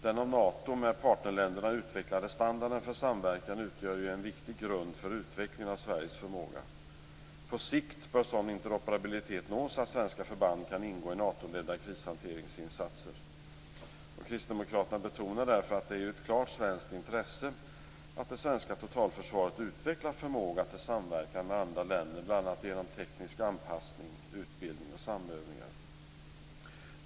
Den av Nato med partnerländerna utvecklade standarden för samverkan utgör en viktig grund för utvecklingen av Sveriges förmåga. På sikt bör sådan interoperabilitet nås att svenska förband kan ingå i Natoledda krishanteringsinsatser. Kristdemokraterna betonar därför att det är ett klart svenskt intresse att det svenska totalförsvaret utvecklar förmåga till samverkan med andra länder bl.a. genom teknisk anpassning, utbildning och samövningar.